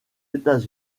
états